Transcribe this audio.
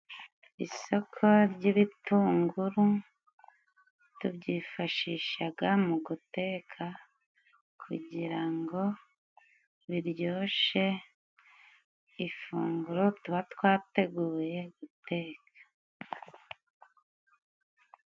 Isoko ry'ibitunguru tubyifashishaga mu guteka kugira ngo biryoshe ifunguro tuba twateguye guteka.